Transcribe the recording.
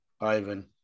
Ivan